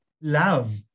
love